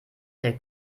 der